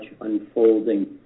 unfolding